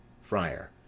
FRIAR